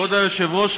כבוד היושבת-ראש,